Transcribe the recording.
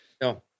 No